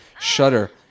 shudder